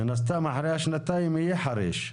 מן הסתם עד אחרי שנתיים יהיה חריש.